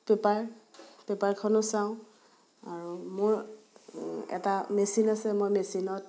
paper পেপাৰখনো চাওঁ আৰু মোৰ এটা মেচিন আছে মই মেচিনত